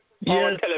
Yes